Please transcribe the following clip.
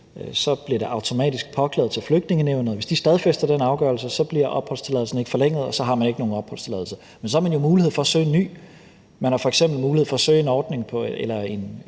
bliver det automatisk påklaget til Flygtningenævnet, og hvis de stadfæster den afgørelse, bliver opholdstilladelsen ikke forlænget, og så har man ikke nogen opholdstilladelse. Men så har man jo mulighed for at søge en ny. Man har f.eks. mulighed for at søge ind på beløbsordningen eller på